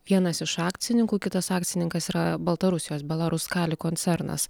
vienas iš akcininkų kitas akcininkas yra baltarusijos belaruskali koncernas